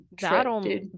that'll